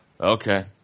okay